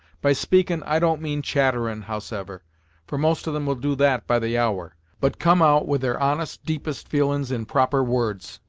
by speakin', i don't mean chatterin', howsever for most of them will do that by the hour but comm' out with their honest, deepest feelin's in proper words.